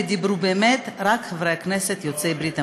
דיברו באמת רק חברי הכנסת יוצאי ברית המועצות.